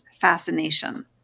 fascination